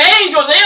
angels